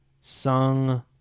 Sung